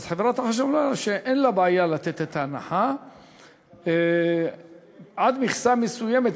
חברת החשמל אמרה שאין לה בעיה לתת את ההנחה עד למכסה מסוימת,